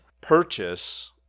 purchase